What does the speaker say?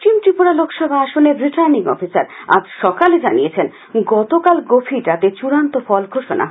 পশ্চিম ত্রিপুরা লোকসভা আসনের returning officer আজ সকালে জানিয়েছেন গতকাল গভীর রাতে চূড়ান্ত ফল ঘোষণা করা হয়